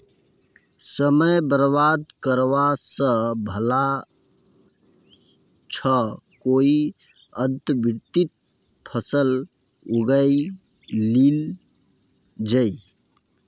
समय बर्बाद करवा स भला छ कोई अंतर्वर्ती फसल उगइ लिल जइ